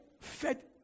fed